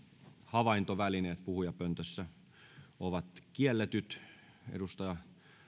havaintovälineet puhujapöntössä ovat kiellettyjä edustaja